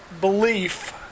belief